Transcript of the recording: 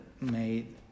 made